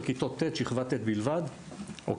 השאלה אם זה- -- זה קשור גם להסכמים עם המצילים,